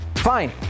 Fine